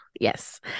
Yes